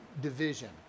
division